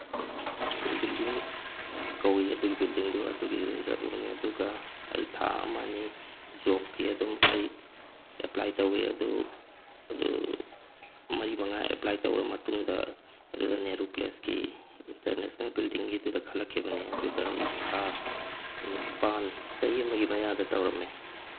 building ꯀꯧꯋꯤ ꯑꯗꯨꯒꯤ ꯕꯤꯜꯗꯤꯡꯗꯨ ꯑꯗꯨꯒꯤꯗꯨꯗ ꯆꯠꯂꯨꯕꯅꯤ ꯑꯗꯨꯒ ꯑꯩ ꯊꯥ ꯑꯃ ꯑꯅꯤ ꯖꯣꯕꯀꯤ ꯑꯗꯨꯝ ꯑꯩ ꯑꯦꯞꯄ꯭ꯂꯥꯏ ꯇꯧꯋꯤ ꯑꯗꯨ ꯑꯗꯨ ꯃꯔꯤ ꯃꯉꯥ ꯑꯦꯞꯄ꯭ꯂꯥꯏ ꯇꯧꯔꯕ ꯃꯇꯨꯡꯗ ꯑꯗꯨꯗ ꯅꯦꯍꯔꯨ ꯄ꯭ꯂꯦꯁꯀꯤ ꯏꯟꯇꯔꯅꯦꯁꯅꯦꯜ ꯕꯤꯜꯗꯤꯡꯒꯤꯗꯨꯗ ꯈꯜꯂꯛꯈꯤꯕꯅꯤ ꯑꯗꯨꯒ ꯑꯩ ꯊꯥ ꯅꯤꯄꯥꯟ ꯆꯍꯤ ꯑꯃꯒꯤ ꯃꯌꯥꯗ ꯇꯧꯔꯝꯃꯦ